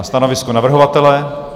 Stanovisko navrhovatele?